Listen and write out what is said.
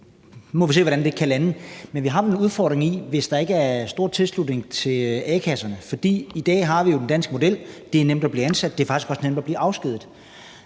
Nu må vi se, hvordan det kan lande. Men vi har vel en udfordring, hvis der ikke er en stor tilslutning til a-kasserne? Vi har jo i dag den danske model. Det er nemt at blive ansat, og det er faktisk også nemt at blive afskediget.